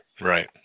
Right